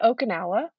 Okinawa